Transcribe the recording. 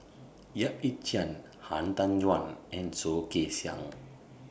Yap Ee Chian Han Tan Juan and Soh Kay Siang